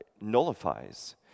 nullifies